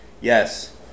Yes